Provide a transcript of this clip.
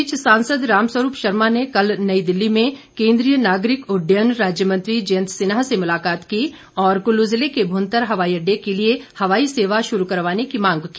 इस बीच सांसद रामस्वरूप शर्मा ने कल नई दिल्ली में केंद्रीय नागरिक उड्डयन राज्य मंत्री जयंत सिन्हा से मुलाकात की और कुल्लू जिले के भुंतर हवाई अड्डे के लिए हवाई सेवा शुरू करवाने की मांग की